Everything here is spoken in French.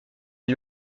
les